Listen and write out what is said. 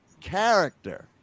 character